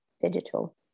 digital